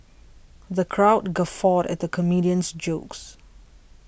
the crowd guffawed at the comedian's jokes